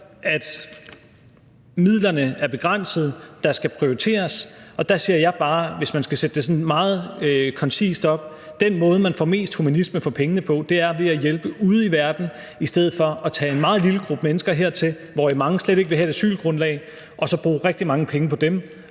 at midlerne er begrænsede, der skal prioriteres, og der siger jeg bare, hvis man skal sætte det sådan meget koncist op, at den måde, man får mest humanisme for pengene på, er ved at hjælpe ude i verden i stedet for at tage en meget lille gruppe mennesker hertil, hvoraf mange slet ikke vil have et asylgrundlag, og så bruge rigtig mange penge på dem